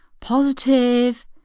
positive